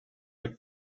are